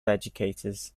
educators